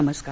नमस्कार